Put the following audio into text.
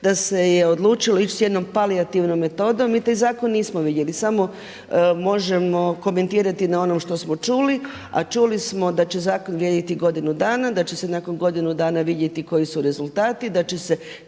da se je odlučilo ići sa jednom palijativnom metodom, mi taj zakon nismo vidjeli, samo možemo komentirati na onom što smo čuli. A čuli smo da će zakon vrijediti godinu dana, da će se nakon godinu dana vidjeti koji su rezultati, da će se